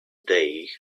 day